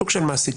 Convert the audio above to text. שוק של מעסיקים,